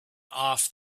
off